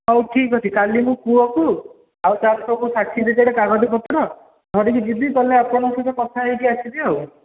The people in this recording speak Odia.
ହଉ ଠିକ୍ ଅଛି କାଲି ମୁଁ ପୁଅକୁ ତା'ର ସବୁ ସାର୍ଟିପିକେଟ୍ କାଗଜ ପତ୍ର ଧରିକି ଯିବି ଗଲେ ଆପଣଙ୍କ ସହିତ କଥା ହୋଇକି ଆସିବି ଆଉ